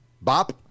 bop